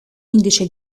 indice